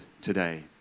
today